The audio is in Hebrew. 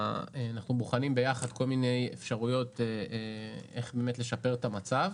שאנחנו בוחנים יחד כל מיני אפשרויות איך לשפר את המצב,